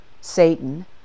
Satan